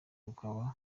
bakaba